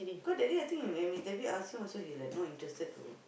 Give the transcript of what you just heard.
cause that day I think when ask him also he like not interested to